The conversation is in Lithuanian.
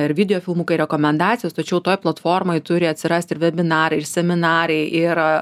ar video filmukai rekomendacijos tačiau toj platformoj turi atsirasti ir vebinarai ir seminarai ir